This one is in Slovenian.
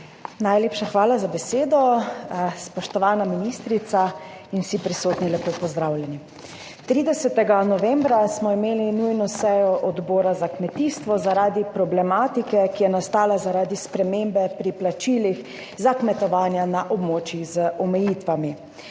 Najlepša hvala za besedo. Spoštovana ministrica in vsi prisotni, lepo pozdravljeni! 30. novembra smo imeli nujno sejo odbora za kmetijstvo zaradi problematike, ki je nastala zaradi spremembe pri plačilih za kmetovanje na območjih z omejitvami.